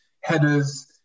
headers